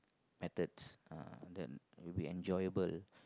methods uh then it'll be enjoyable